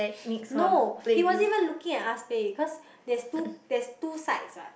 no he was even looking at us play cause there's two there's two sides what